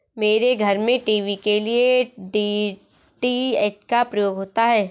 मेरे घर में टीवी के लिए डी.टी.एच का प्रयोग होता है